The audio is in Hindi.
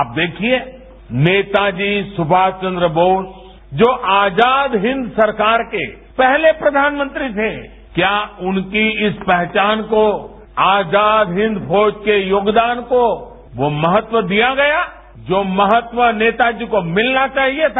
आप देखिये नेताजी सुभाष चंद्र बोस जो आजाद हिंद सरकार के पहले प्रयानमंत्री थे क्या उनकी इस पहचान को आजाद हिंद फौज के योगदान को वो महत्व दिया गया जो महत्व नेता जी को मिलना चाहिए था